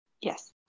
Yes